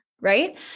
right